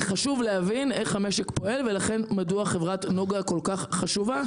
חשוב להבין איך המשק פועל ומדוע חברת נגה כל-כך חשובה